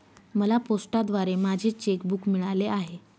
मला पोस्टाद्वारे माझे चेक बूक मिळाले आहे